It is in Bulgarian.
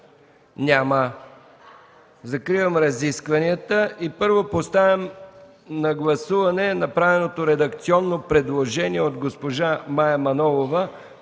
Няма. Закривам разискванията. Първо, поставям на гласуване направеното редакционно предложение от госпожа Мая Манолова